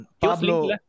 Pablo